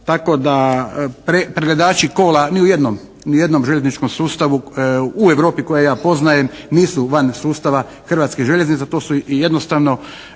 Tako da pregledači kola ni u jednom željezničkom sustavu u Europi koje ja poznajem nisu van sustava Hrvatskih željeznica, to su jednostavno